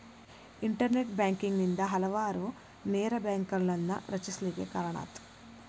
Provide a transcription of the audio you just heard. internet banking ನಿಂದಾ ಹಲವಾರು ನೇರ ಬ್ಯಾಂಕ್ಗಳನ್ನ ರಚಿಸ್ಲಿಕ್ಕೆ ಕಾರಣಾತು